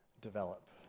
develop